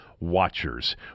watchers